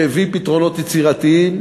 שהביא פתרונות יצירתיים,